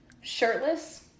shirtless